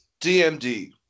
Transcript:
DMD